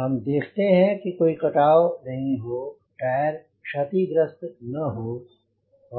हम देखते हैं कि कोई कटाव नहीं हो टायर क्षतिग्रस्त न हो